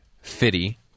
Fitty